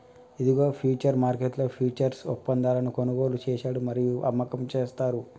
ఇదిగో ఫ్యూచర్స్ మార్కెట్లో ఫ్యూచర్స్ ఒప్పందాలను కొనుగోలు చేశాడు మరియు అమ్మకం చేస్తారు